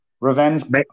Revenge